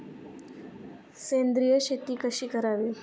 सेंद्रिय शेती कशी करावी?